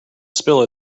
spill